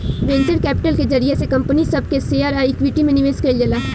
venture capital के जरिया से कंपनी सब के शेयर आ इक्विटी में निवेश कईल जाला